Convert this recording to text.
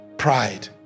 pride